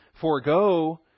forego